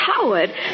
Coward